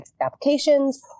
applications